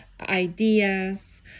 ideas